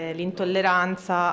l'intolleranza